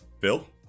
Phil